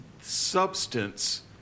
substance